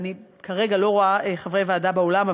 כרגע אני לא רואה חברי ועדה באולם,